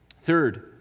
Third